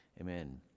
Amen